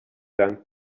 dank